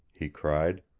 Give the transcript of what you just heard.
he cried.